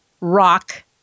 rock